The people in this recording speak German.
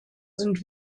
sind